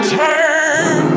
turn